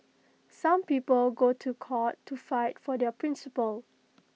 some people go to court to fight for their principles